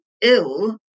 ill